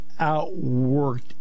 outworked